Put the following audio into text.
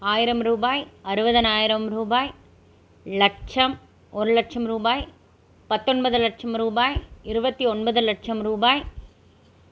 ஆயிரம் ரூபாய் அறுபதனாயிரம் ரூபாய் லட்சம் ஒரு லட்சம் ரூபாய் பத்தொன்பது லட்சம் ரூபாய் இருபத்தி ஒன்பது லட்சம் ரூபாய்